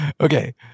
Okay